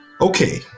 Okay